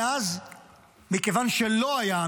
מאז מכיוון שלא היה,